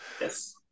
Yes